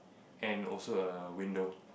and also a window